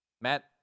Matt